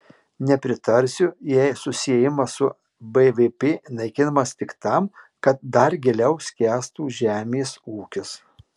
nepritarsiu jei susiejimas su bvp naikinamas tik tam kad dar giliau skęstų žemės ūkis